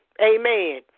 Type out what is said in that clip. Amen